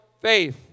faith